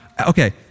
okay